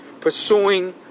pursuing